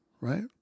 right